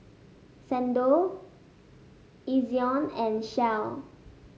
Xndo Ezion and Shell